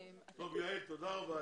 יעל, תודה רבה.